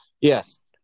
yes